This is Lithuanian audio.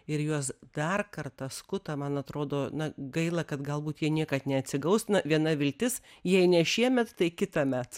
ir juos dar kartą skuta man atrodo na gaila kad galbūt jie niekad neatsigaus na viena viltis jei ne šiemet tai kitąmet